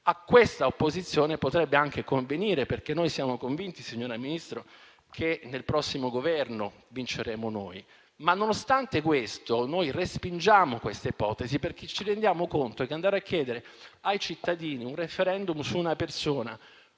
a questa opposizione potrebbe anche convenire. Noi siamo convinti, infatti, signora Ministro, che sul prossimo Governo vinceremo noi. Nonostante questo, noi respingiamo questa ipotesi, perché ci rendiamo conto che chiedere ai cittadini un *referendum* su una persona,